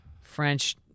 French